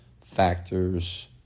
factors